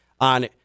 on